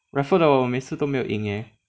raffle 的我每次都没有赢 leh